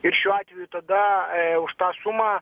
ir šiuo atveju tada už tą sumą